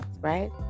right